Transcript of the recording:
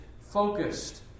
focused